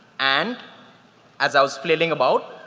and as i was flailing about,